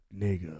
Nigga